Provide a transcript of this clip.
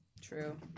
True